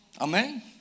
Amen